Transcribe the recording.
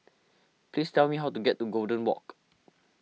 please tell me how to get to Golden Walk